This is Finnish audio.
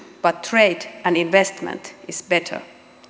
but trade and investment is better